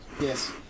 Yes